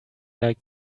like